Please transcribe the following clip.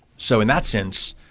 so in that sense,